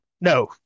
No